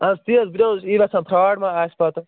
اَہَن حظ تی حظ بہٕ تہِ اوسُس یی یژھان فرٛاڈ ما آسہِ پتہٕ